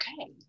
Okay